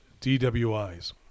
DWIs